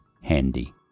handy